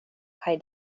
kaj